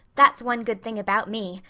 that's one good thing about me.